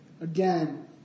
Again